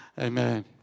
Amen